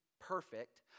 perfect